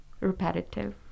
repetitive